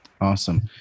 Awesome